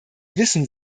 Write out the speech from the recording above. wissen